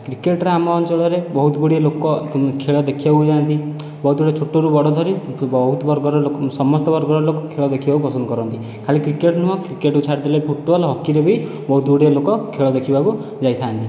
କ୍ରିକେଟରେ ଆମ ଅଞ୍ଚଳରେ ବହୁତ ଗୁଡ଼ିଏ ଲୋକ ଖେଳ ଦେଖିବାକୁ ଯାଆନ୍ତି ବହୁତ ଗୁଡ଼ିଏ ଛୋଟରୁ ବଡ଼ ଧରି ବହୁତ ବର୍ଗର ଲୋକ ସମସ୍ତ ବର୍ଗର ଲୋକ ଖେଳ ଦେଖିବାକୁ ପସନ୍ଦ କରନ୍ତି ଖାଲି କ୍ରିକେଟ ନୁହେଁ କ୍ରିକେଟକୁ ଛାଡ଼ି ଦେଲେ ଫୁଟବଲ ହକିରେ ବି ବହୁତ ଗୁଡ଼ିଏ ଲୋକ ଖେଳ ଦେଖିବାକୁ ଯାଇଥାନ୍ତି